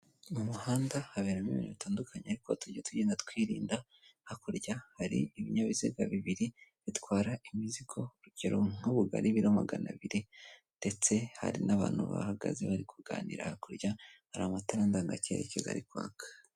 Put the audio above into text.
Mu muhanda, haberamo ibintu bitandukanye, ariko tujya tugenda twirinda. Hakurya hari ibinyabiziga bibiri bitwara imizigo urugero nk'ubugari, ibiro maganabiri ndetse hari n'abantu bahagaze bari kuganira, hakurya hari amatara ndanga cyerekezo ari kwaka.